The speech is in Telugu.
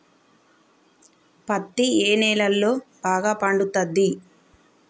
పత్తి ఏ నేలల్లో బాగా పండుతది?